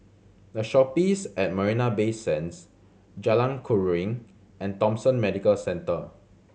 The Shoppes at Marina Bay Sands Jalan Keruing and Thomson Medical Centre